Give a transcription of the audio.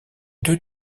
deux